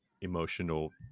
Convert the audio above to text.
emotional